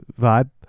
vibe